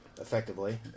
effectively